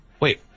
Wait